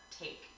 take